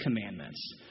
commandments